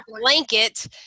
blanket